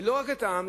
ולא רק את העם,